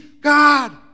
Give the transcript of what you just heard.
God